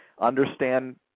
understand